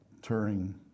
Turing